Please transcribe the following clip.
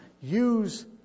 use